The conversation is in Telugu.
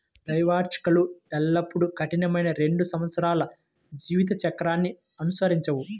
ద్వైవార్షికాలు ఎల్లప్పుడూ కఠినమైన రెండు సంవత్సరాల జీవిత చక్రాన్ని అనుసరించవు